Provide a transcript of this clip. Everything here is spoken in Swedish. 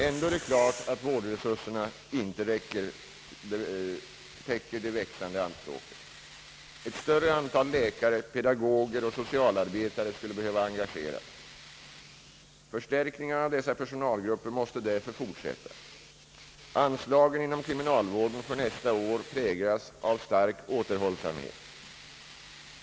Ändå är det klart att vårdresurserna inte täcker de växande anspråken. Ett större antal läkare, pedagoger och socialarbetare skulle behöva engageras i vårdarbetet. Förstärkningarna av dessa personalgrupper måste därför fortsätta. Anslagen inom kriminalvården för nästa budgetår präglas av stark återhållsamhet.